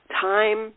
Time